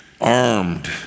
armed